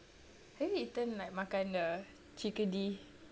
have you eaten like makan the chickadee